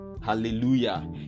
hallelujah